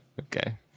Okay